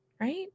right